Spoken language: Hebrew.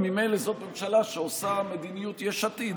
אם ממילא זאת ממשלה שעושה מדיניות יש עתיד,